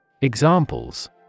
Examples